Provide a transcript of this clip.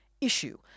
issue